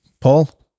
Paul